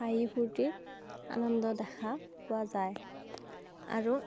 হাঁহি ফূৰ্তি আনন্দ দেখা পোৱা যায় আৰু